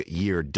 year